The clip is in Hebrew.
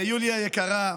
יוליה יקרה,